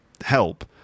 help